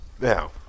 Now